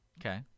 Okay